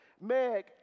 Meg